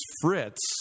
Fritz